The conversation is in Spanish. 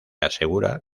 asegura